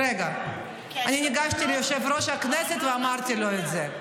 אני ניגשתי ליושב-ראש הכנסת ואמרתי לו את זה.